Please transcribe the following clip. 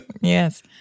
Yes